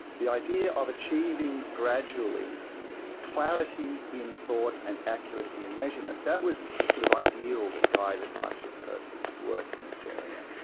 the idea of achieving gradually clarity in thought and accuracy in measurement that was the sort of ideal that guided much of peirce's work in this area.